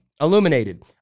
illuminated